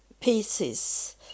pieces